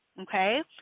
okay